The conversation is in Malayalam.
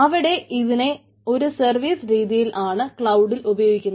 അവിടെ ഇതിനെ ഒരു സർവീസ് രീതിയിൽ ആണ് ക്ലൌഡിൽ ഉപയോഗിക്കുന്നത്